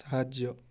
ସାହାଯ୍ୟ